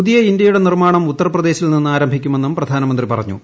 പുതിയ ഇന്ത്യയുടെ നിർമ്മാണ് ഉത്തർപ്രദേശിൽ നിന്ന് ആരംഭിക്കുമെന്നും പ്രധാനമന്ത്രി ്പ്റഞ്ഞു